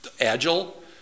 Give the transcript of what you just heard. agile